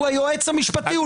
הוא היועץ המשפטי.